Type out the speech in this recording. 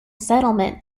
settlement